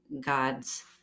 God's